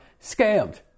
scammed